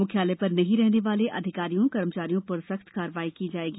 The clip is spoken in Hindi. मुख्यालय पर नहीं रहने वाले अधिकारियों कर्मचारियों पर सख्त कार्यवाही की जाएगी